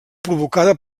provocada